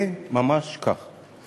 כן, ממש כך.